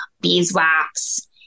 beeswax